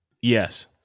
Yes